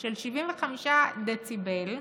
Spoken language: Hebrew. של 75 דציבלים,